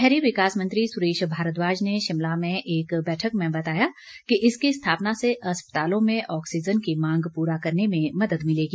शहरी विकास मंत्री सुरेश भारद्वाज ने शिमला में एक बैठक में बताया कि इसकी स्थापना से अस्पतालों में ऑक्सीजन की मांग पूरा करने में मदद मिलेगी